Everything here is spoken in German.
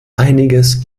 einiges